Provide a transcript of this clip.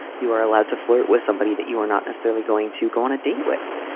you are allowed to flirt with somebody that you are not necessarily going to go on a date with.